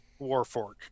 Warforged